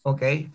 Okay